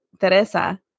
Teresa